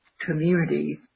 community